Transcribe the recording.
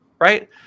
right